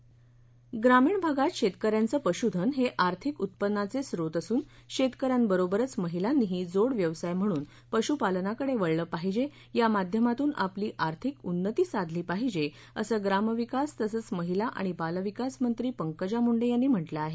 पंकजा मंडे जिमाअ सनील ग्रामीण भागात शेतकऱ्यांचं पशुधन हे आर्थिक उत्पन्नाचे स्रोत असून शेतकऱ्यांबरोबरच महिलांनीही जोड व्यवसाय म्हणून पशुपालनाकडे वळले पाहिजे या माध्यमातून आपली आर्थिक उन्नती साधली पाहिजे असं ग्रामविकास तसंच महिला आणि बालविकास मंत्री पंकजा मुंडे यांनी म्हटलं आहे